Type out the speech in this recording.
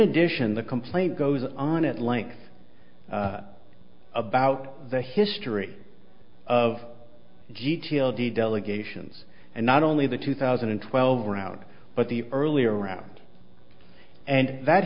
addition the complaint goes on at length about the history of g t l d delegations and not only the two thousand and twelve route but the earlier around and that